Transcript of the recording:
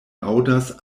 aŭdas